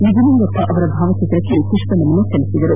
ನಿಜಲಿಂಗಪ್ಪ ಅವರ ಭಾವಚಿತ್ರಕ್ಕೆ ಪುಷ್ವ ನಮನ ಸಲ್ಲಿಸಿದರು